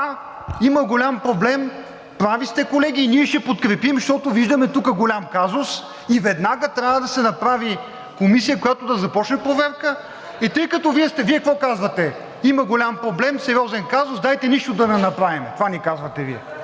има голям проблем, прави сте колеги. Ние ще подкрепим, защото виждаме тук голям казус и веднага трябва да се направи комисия, която да започне проверка.“ Вие какво казвате: „Има голям проблем, сериозен казус, дайте нищо да не направим.“ Това ни казвате Вие.